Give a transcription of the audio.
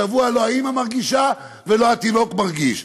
שבוע לא האימא מרגישה ולא התינוק מרגיש.